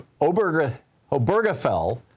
Obergefell